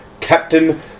Captain